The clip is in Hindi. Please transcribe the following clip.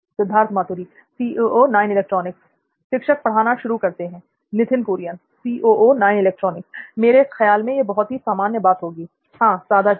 सिद्धार्थ मातुरी शिक्षक पढ़ाना शुरू करते हैं l नित्थिन कुरियन मेरे ख्याल में यह बहुत ही सामान्य बात होगी हां सादा चेहरा